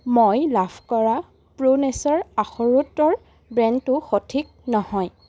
মই লাভ কৰা প্ৰো নেচাৰ আখৰোত্তৰ ব্ৰেণ্ডটো সঠিক নহয়